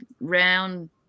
round